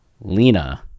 Lena